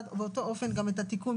באותו אופן גם את התיקון?